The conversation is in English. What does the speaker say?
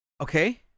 Okay